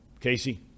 Casey